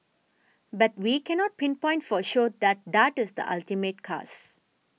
but we cannot pinpoint for sure that that is the ultimate cause